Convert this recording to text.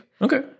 Okay